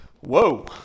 Whoa